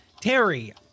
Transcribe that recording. terry